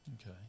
Okay